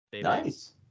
Nice